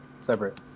separate